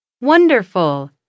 Wonderful